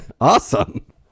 awesome